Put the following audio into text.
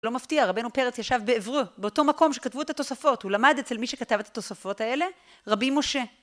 לא מפתיע, רבנו פרץ ישב בעברו, באותו מקום שכתבו את התוספות הוא למד אצל מי שכתב את התוספות האלה, רבי משה